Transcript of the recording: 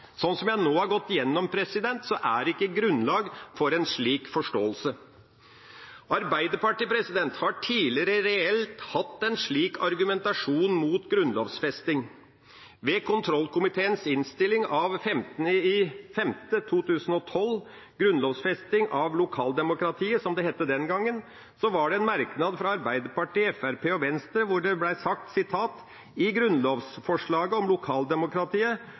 som jeg nå har gått igjennom dette, er det ikke grunnlag for en slik forståelse. Arbeiderpartiet har tidligere reelt hatt en slik argumentasjon mot grunnlovfesting. Ved kontrollkomiteens innstilling av 15. mai 2012, om «grunnlovfesting av lokaldemokratiet», som det het den gangen, var det en merknad fra Arbeiderpartiet, Fremskrittspartiet og Sosialistisk Venstreparti, hvor det ble sagt: «I grunnlovsforslaget om